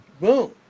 Boom